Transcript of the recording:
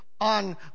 on